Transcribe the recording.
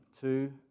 two